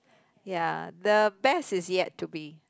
ya the best is yet to be